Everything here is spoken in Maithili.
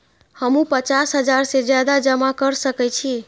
हमू पचास हजार से ज्यादा जमा कर सके छी?